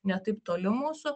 ne taip toli mūsų